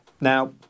Now